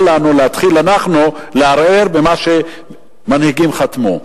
אל לנו להתחיל אנחנו לערער על מה שמנהיגים חתמו.